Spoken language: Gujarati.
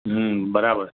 હમ બરાબર